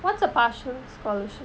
what's a partial scholarship